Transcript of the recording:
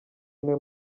ine